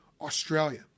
Australia